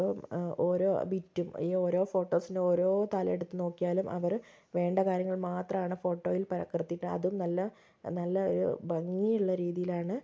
ഇപ്പോൾ ഒരു ബിറ്റും ഈ ഓരോ ഫോട്ടോസിനും ഓരോ തലമെടുത്ത് നോക്കിയാലും അവർ വേണ്ട കാര്യങ്ങൾ മാത്രമാണ് ഫോട്ടോയിൽ പകർത്തി അതും നല്ല നല്ല ഒരു ഭംഗിയുള്ള രീതിയിലാണ്